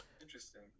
Interesting